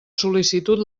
sol·licitud